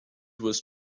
was